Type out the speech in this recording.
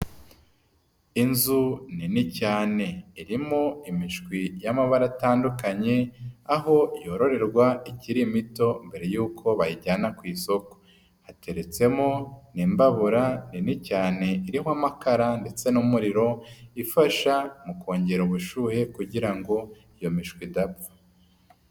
Inzu nini cyane irimo imishwi y'amabara atandukanye, aho yororerwa iki mito mbere yuko bayijyana ku isoko, hateretsemo n'imbabura nini cyane iriho amakara ndetse n'umuriro, ifasha mu kongera ubushyuhe kugira ngo iyo mishwi idapfa.